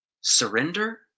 Surrender